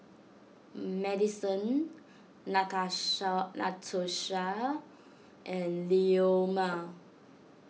Maddison Natasha Natosha and Leoma